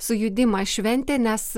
sujudimas šventė nes